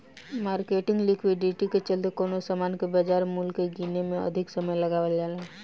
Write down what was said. marketing liquidity के चलते कवनो सामान के बाजार मूल्य के गीने में अधिक समय लगावल जाला